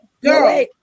girl